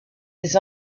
des